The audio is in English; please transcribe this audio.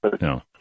No